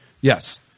Yes